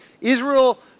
Israel